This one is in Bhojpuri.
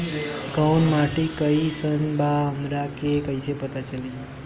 कोउन माटी कई सन बा हमरा कई से पता चली?